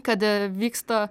kad vyksta